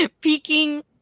peeking